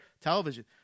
television